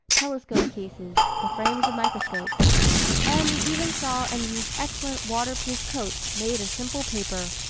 telescope cases, the frames of microscopes and we even saw and used excellent water-proof coats made of simple paper,